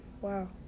wow